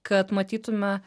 kad matytume